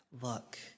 look